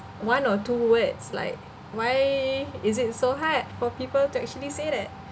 one or two words like why is it so hard for people to actually say that